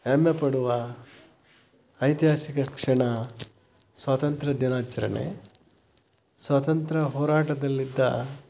ಹೆಮ್ಮೆಪಡುವ ಐತಿಹಾಸಿಕ ಕ್ಷಣ ಸ್ವಾತಂತ್ರ ದಿನಾಚರಣೆ ಸ್ವಾತಂತ್ರ್ಯ ಹೋರಾಟದಲ್ಲಿದ್ದ